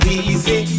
easy